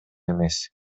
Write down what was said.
эмес